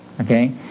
okay